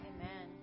Amen